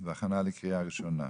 בהכנה לקריאה ראשונה.